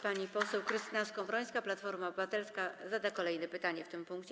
Pani poseł Krystyna Skowrońska, Platforma Obywatelska, zada kolejne pytanie w tym punkcie.